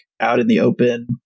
out-in-the-open